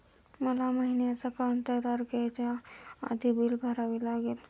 मला महिन्याचा कोणत्या तारखेच्या आधी बिल भरावे लागेल?